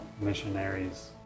missionaries